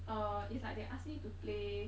uh it's like they ask me to play